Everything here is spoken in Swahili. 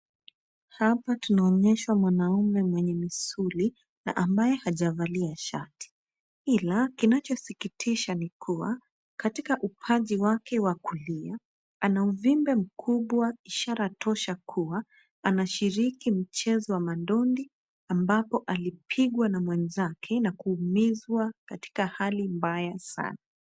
Hapa tunaonyeshwa mwanaume mwenye misuli, na ambaye hajavalia shati, ila kinachosikitisha ni kuwa, katika upaji wake wa kulia, ana uvimbe mkubwa ishara tosha kuwa, anashiriki mchezo wa madondi, ambapo alipigwa na mwenzake, na kuumizwa katika hali mbaya sana.